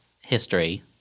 history